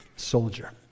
soldier